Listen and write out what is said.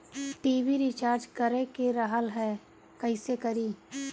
TV recharge करे के रहल ह कइसे करी?